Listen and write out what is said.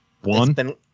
One